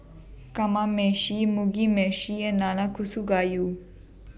Kamameshi Mugi Meshi and Nanakusa Gayu